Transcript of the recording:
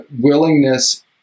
willingness